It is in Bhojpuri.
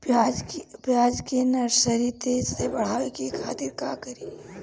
प्याज के नर्सरी तेजी से बढ़ावे के खातिर का करी?